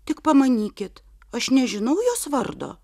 tik pamanykit aš nežinau jos vardo